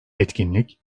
etkinlik